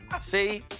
See